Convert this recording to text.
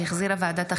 שהחזירה ועדת החינוך,